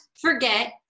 forget